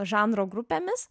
žanro grupėmis